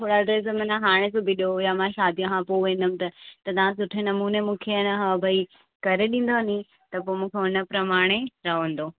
थोरा ड्रेस माना हाणे सुबी ॾियो या मां शादीअ खां पोइ वेंदमि त तव्हां मूंखे सुठे नमूने मूंखे आहे न हा भई करे ॾींदव नी त मूंखे हुन प्रमाणे रहंदो